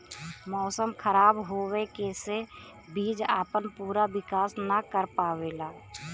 मौसम खराब होवे से बीज आपन पूरा विकास न कर पावेला